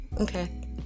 Okay